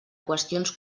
qüestions